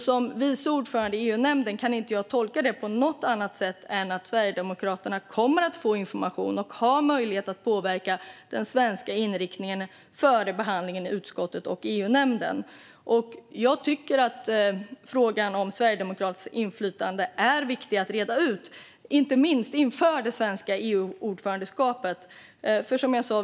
Som vice ordförande i EU-nämnden kan jag inte tolka det på något annat sätt än att Sverigedemokraterna kommer att få information och ha möjlighet att påverka den svenska inriktningen före behandlingen i utskottet och i EU-nämnden. Frågan om Sverigedemokraternas inflytande är viktig att reda ut, inte minst inför det svenska EU-ordförandeskapet.